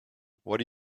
what